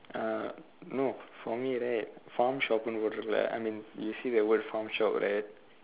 uh no for me right farm shop ன்னு போட்டு இருக்குல:nnu pootdu irukkula I mean you see the word farm shop right